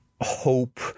hope